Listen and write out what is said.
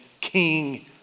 King